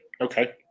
okay